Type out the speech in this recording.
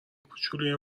کوچولوی